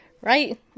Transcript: Right